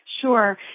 Sure